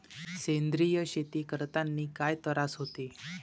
सेंद्रिय शेती करतांनी काय तरास होते?